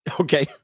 Okay